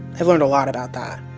i've learned a lot about that.